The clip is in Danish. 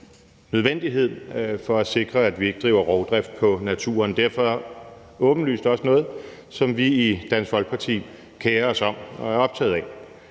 nødvendighed for at sikre, at vi ikke driver rovdrift på naturen. Derfor er det åbenlyst også noget, som vi i Dansk Folkeparti kerer os om og er optaget af.